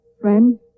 Friend